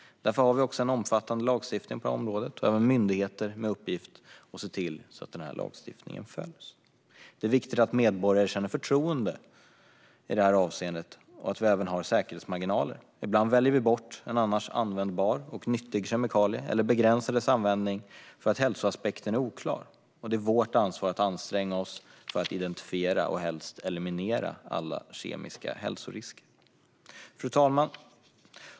Därför har vi en omfattande lagstiftning på detta område och även myndigheter med uppgift att se till att lagstiftningen följs. Det är viktigt att medborgare känner förtroende i detta avseende och att vi även har säkerhetsmarginaler. Ibland väljer vi bort en annars användbar och nyttig kemikalie, eller begränsar dess användning, därför att hälsoaspekten är oklar, och det är vårt ansvar att anstränga oss för att identifiera och helst eliminera alla kemiska hälsorisker. Fru talman!